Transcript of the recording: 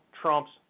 Trump's